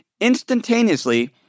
instantaneously